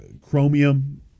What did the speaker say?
Chromium